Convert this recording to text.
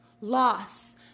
loss